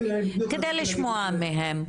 כדי לשמוע מהם.